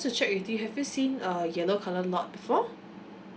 to check with you have you seen a yellow colour lot before